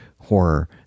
horror